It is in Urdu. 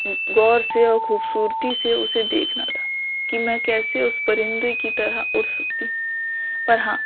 غور سے اور خوبصورتی سے اسے دیکھنا تھا کہ میں کیسے اس پرندے کی طرح اڑ سکتی ہوں پر ہاں